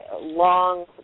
long